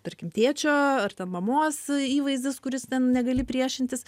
tarkim tėčio ar ten mamos įvaizdis kur jis ten negali priešintis